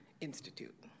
Institute